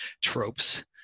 tropes